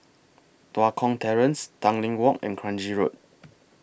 Tua Kong Terrace Tanglin Walk and Kranji Road